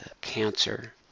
cancer